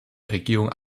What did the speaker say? regierung